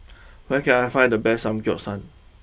where can I find the best Samgyeopsal